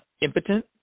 impotent